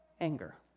anger